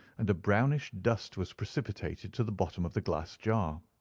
and a brownish dust was precipitated to the bottom of the glass jar.